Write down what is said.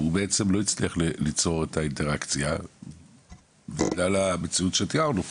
הוא בעצם לא הצליח ליצור את האינטראקציה בגלל הביצועים שתיארנו פה.